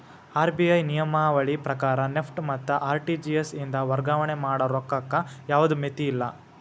RBI ನಿಯಮಾವಳಿ ಪ್ರಕಾರ NEFT ಮತ್ತ ಆರ್.ಟಿ.ಜಿ.ಎಸ್ ಇಂದ ವರ್ಗಾವಣೆ ಮಾಡ ರೊಕ್ಕಕ್ಕ ಯಾವ್ದ್ ಮಿತಿಯಿಲ್ಲ